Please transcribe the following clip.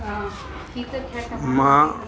मां